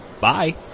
bye